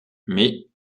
mais